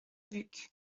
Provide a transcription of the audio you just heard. buch